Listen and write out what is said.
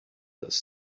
dass